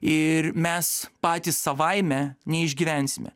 ir mes patys savaime neišgyvensime